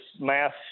mass